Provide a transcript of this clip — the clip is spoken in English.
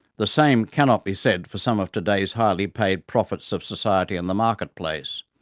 the same cannot be said for some of today's highly paid prophets of society and the market place,